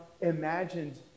imagined